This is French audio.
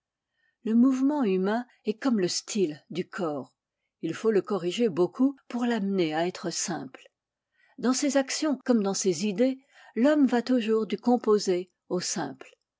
le mouvement humain est comme le style du corps il faut le corriger beaucoup pour l'amener à être simple dans ses actions comme dans ses idées l'homme va toujours du composé au simple